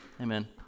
Amen